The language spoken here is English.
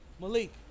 Malik